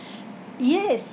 yes